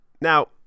now